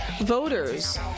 voters